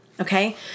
Okay